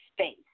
space